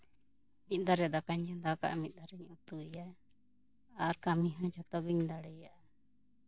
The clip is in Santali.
ᱢᱤᱫ ᱫᱷᱟᱨᱮ ᱫᱟᱠᱟᱧ ᱪᱚᱱᱫᱟ ᱠᱟᱜᱼᱟ ᱢᱤᱫ ᱫᱷᱟᱨᱮᱧ ᱩᱛᱩᱭᱟ ᱟᱨ ᱠᱟᱹᱢᱤ ᱦᱚᱸ ᱡᱷᱚᱛᱚ ᱜᱤᱧ ᱫᱟᱲᱮᱭᱟᱜᱼᱟ